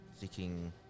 seeking